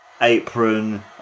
Apron